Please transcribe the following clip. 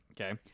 okay